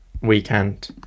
weekend